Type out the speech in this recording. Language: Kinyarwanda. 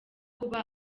kuba